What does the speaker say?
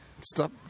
Stop